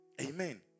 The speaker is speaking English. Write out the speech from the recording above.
Amen